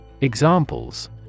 Examples